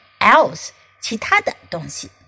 else.其他的东西